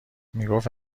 میگفت